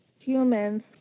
humans